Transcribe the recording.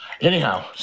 Anyhow